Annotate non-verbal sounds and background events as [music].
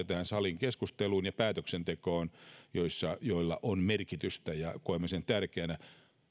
[unintelligible] tähän saliin tulee keskusteluun ja päätöksentekoon [unintelligible] selkeästi sellaisia avauksia joilla on merkitystä ja koemme sen tärkeäksi